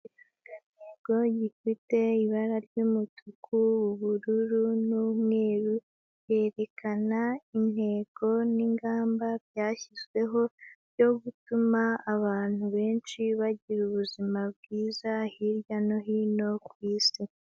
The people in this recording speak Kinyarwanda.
Ikirangantego gifite ibara ry'umutuku, ubururu n'umweru berekana intego n'ingamba byashyizweho byo gutuma abantu benshi bagira ubuzima bwiza hirya no hino ku Isi.